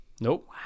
nope